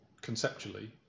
conceptually